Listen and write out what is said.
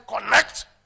connect